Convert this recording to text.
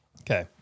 Okay